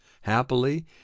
Happily